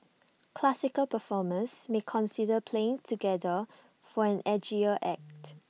classical performers may consider playing together for an edgier act